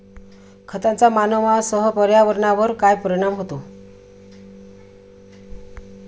खतांचा मानवांसह पर्यावरणावर काय परिणाम होतो?